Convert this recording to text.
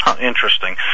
Interesting